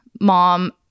mom